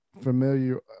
familiar